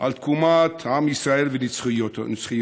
על תקומת עם ישראל ונצחיותו.